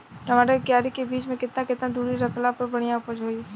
टमाटर के क्यारी के बीच मे केतना केतना दूरी रखला पर बढ़िया उपज होई?